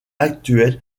actuelles